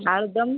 ଆଳୁଦମ୍